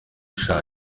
ishaje